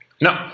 No